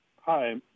Hi